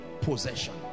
possession